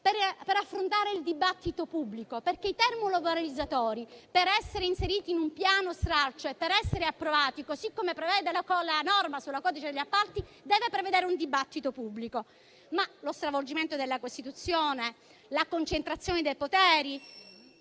ad affrontare il dibattito pubblico. I termovalorizzatori per essere inseriti in un piano stralcio ed essere approvati, così come prevede la norma sul codice degli appalti, deve prevedere un dibattito pubblico. Lo stravolgimento della Costituzione e la concentrazione di poteri